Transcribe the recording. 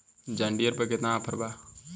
John Deere पर केतना offer बा?